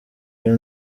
iyo